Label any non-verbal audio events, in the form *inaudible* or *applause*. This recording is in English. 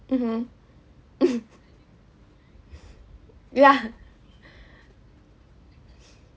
mmhmm *laughs* *breath* yeah *laughs* *breath*